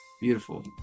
Beautiful